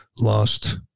lost